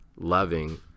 loving